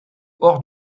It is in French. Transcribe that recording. hors